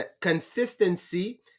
consistency